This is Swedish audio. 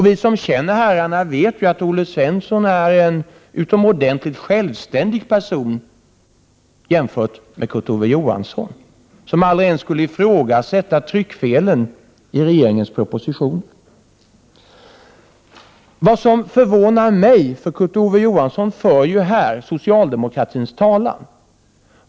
Vi som känner herrarna vet att Olle Svensson är en utomordentligt självständig person jämfört med Kurt Ove Johansson, som aldrig ens skulle ifrågasätta tryckfelen i regeringens propositioner. Kurt Ove Johansson för ju här socialdemokratins talan.